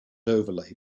overlay